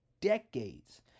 decades